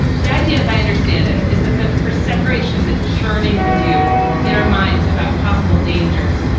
the idea, as i understand it, is that the poor separation, the churning we do in our minds about possible dangers,